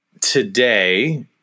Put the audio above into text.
today